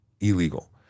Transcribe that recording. Illegal